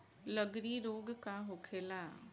लगड़ी रोग का होखेला?